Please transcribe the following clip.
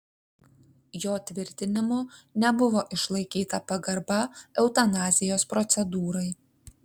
jo tvirtinimu nebuvo išlaikyta pagarba eutanazijos procedūrai